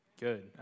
Good